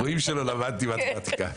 רואים שלא למדתי מתמטיקה.